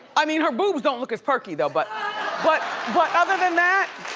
i mean, her boobs don't look as perky, though, but but but other than that.